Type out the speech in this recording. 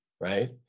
right